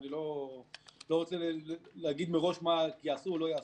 ואני לא רוצה להגיד מראש מה יעשו או לא יעשו.